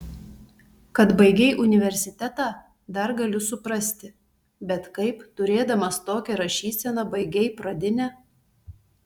kad baigei universitetą dar galiu suprasti bet kaip turėdamas tokią rašyseną baigei pradinę